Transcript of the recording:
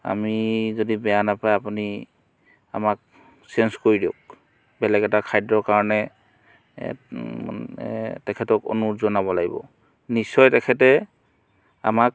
আমি যদি বেয়া নাপাই আপুনি আমাক চেঞ্জ কৰি দিয়ক বেলেগ এটা খাদ্য কাৰণে তেখেতক অনুৰোধ জনাব লাগিব নিশ্চয় তেখেতে আমাক